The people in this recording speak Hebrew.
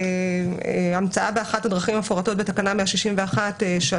המצאה באחת הדרכים המפורטות בתקנה 161(3),